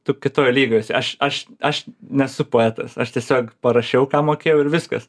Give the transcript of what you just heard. tu kitoj lygoj esi aš aš aš nesu poetas aš tiesiog parašiau ką mokėjau ir viskas